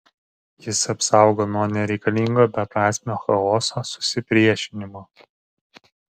jis apsaugo nuo nereikalingo beprasmio chaoso susipriešinimo